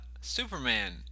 Superman